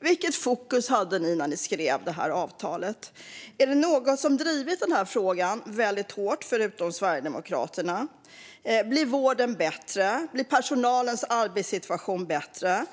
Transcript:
Vilket fokus hade ni när ni skrev avtalet, Acko Ankarberg Johansson? Är det någon som har drivit frågan hårt, förutom Sverigedemokraterna? Blir vården bättre? Blir personalens arbetssituation bättre?